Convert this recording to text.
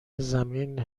زمین